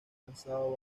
lanzado